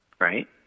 right